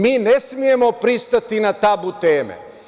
Mi ne smemo pristati na tabu teme.